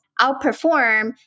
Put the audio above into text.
outperform